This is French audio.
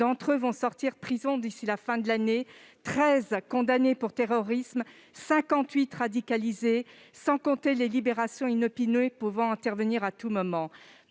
d'entre eux vont sortir de prison d'ici à la fin de l'année, dont 13 individus condamnés pour terrorisme et 58 radicalisés, sans compter les libérations inopinées pouvant intervenir à tout moment.